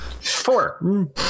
Four